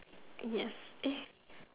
yes